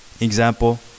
example